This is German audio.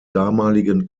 damaligen